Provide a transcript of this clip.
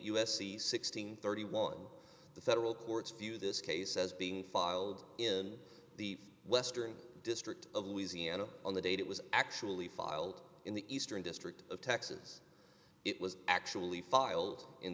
and thirty one the federal courts view this case as being filed in the western district of louisiana on the date it was actually filed in the eastern district of texas it was actually filed in